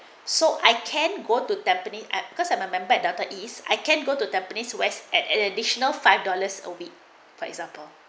so I can go to tampines I because I'm a member data east I can't go to tampines west at an additional five dollars a week for example